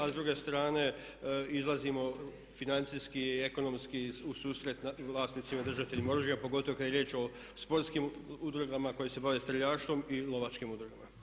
A s druge strane izlazimo financijski i ekonomski u susret vlasnicima i držateljima oružja pogotovo kada je riječ o sportskim udrugama koje se bave streljaštvom i lovačkim udrugama.